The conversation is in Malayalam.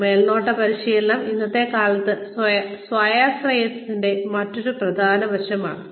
അതിനാൽ മേൽനോട്ട പരിശീലനം ഇന്നത്തെ കാലത്ത് സ്വാശ്രയത്വത്തിന്റെ മറ്റൊരു പ്രധാന വശമാണ്